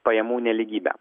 pajamų nelygybę